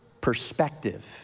perspective